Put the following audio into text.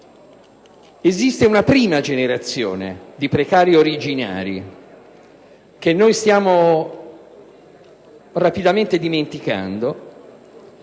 Esiste una prima generazione di precari originari, che stiamo praticamente dimenticando